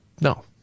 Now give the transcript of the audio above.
No